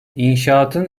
i̇nşaatın